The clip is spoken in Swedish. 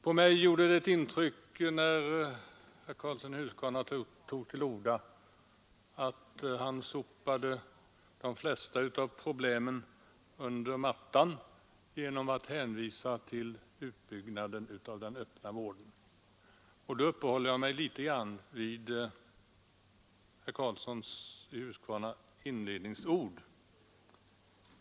När herr Karlsson i Huskvarna tog till orda gjorde det på mig det intrycket att han sopade de flesta av problemen under mattan genom att hänvisa till utbyggnaden av den öppna vården. Jag vill uppehålla mig litet vid herr Karlssons i Huskvarna inledningsord.